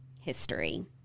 history